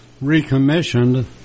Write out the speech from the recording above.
recommissioned